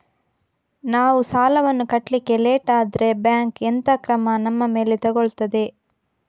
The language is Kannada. ನಾವು ಸಾಲ ವನ್ನು ಕಟ್ಲಿಕ್ಕೆ ಲೇಟ್ ಆದ್ರೆ ಬ್ಯಾಂಕ್ ಎಂತ ಕ್ರಮ ನಮ್ಮ ಮೇಲೆ ತೆಗೊಳ್ತಾದೆ?